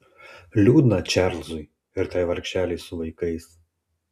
liūdna čarlzui ir tai vargšelei su vaikais